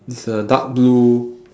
it's a dark blue